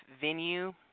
venue